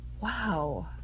Wow